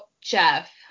Jeff